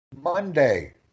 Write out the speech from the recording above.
Monday